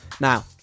now